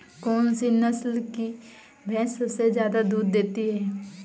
कौन सी नस्ल की भैंस सबसे ज्यादा दूध देती है?